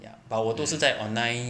ya but 我都是在 online